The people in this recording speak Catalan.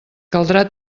caldrà